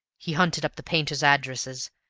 he hunted up the painters' addresses,